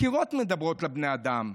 הקירות מדברים לבני האדם.